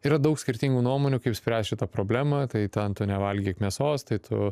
yra daug skirtingų nuomonių kaip spręst šitą problemą tai ten tu nevalgyk mėsos tai tu